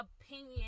opinion